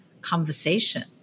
conversation